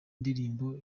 ndirimbo